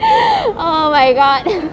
oh my god